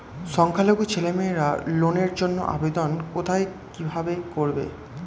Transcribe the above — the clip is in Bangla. সংখ্যালঘু ছেলেমেয়েরা লোনের জন্য আবেদন কোথায় কিভাবে করবে?